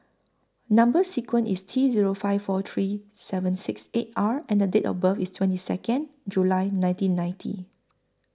Number sequence IS T Zero five four three seven six eight R and The Date of birth IS twenty Second July nineteen ninety